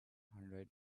hundred